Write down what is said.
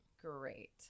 great